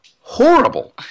horrible